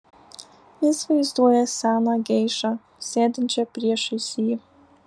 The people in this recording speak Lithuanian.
jis vaizduoja seną geišą sėdinčią priešais jį